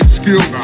skill